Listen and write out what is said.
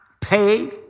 pay